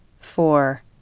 four